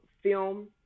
film